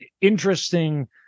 interesting